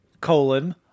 colon